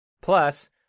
Plus